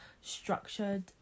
structured